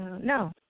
no